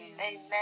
Amen